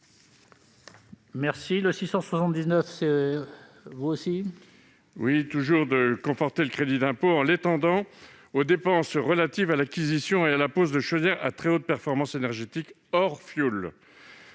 M. Pierre Cuypers. Il s'agit toujours de conforter le crédit d'impôt en l'étendant aux dépenses relatives à l'acquisition et à la pose de chaudières à très haute performance énergétique hors fioul.